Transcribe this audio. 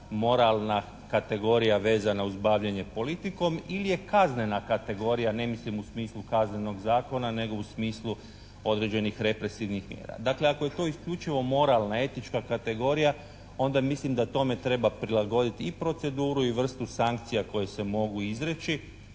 moralna kategorija vezana uz bavljenje politikom ili je kaznena kategorija, ne mislim u smislu Kaznenog zakona nego u smislu određenih represivnih mjera. Dakle, ako je to isključivo moralna, etička kategorija, onda mislim da tome treba prilagoditi i proceduru i vrstu sankcija koje se mogu izreći